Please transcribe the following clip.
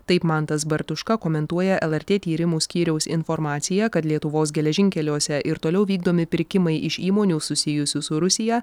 taip mantas bartuška komentuoja lrt tyrimų skyriaus informaciją kad lietuvos geležinkeliuose ir toliau vykdomi pirkimai iš įmonių susijusių su rusija